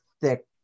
thick